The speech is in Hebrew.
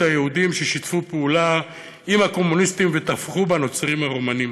היהודים ששיתפו פעולה עם הקומוניסטים וטבחו בנוצרים הרומנים.